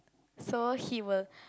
so he will